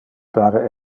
pare